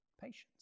Patience